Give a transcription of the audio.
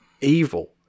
evil